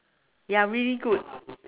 ya really good